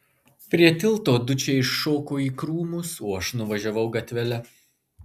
prie tilto dučė iššoko į krūmus o aš nuvažiavau gatvele